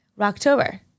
October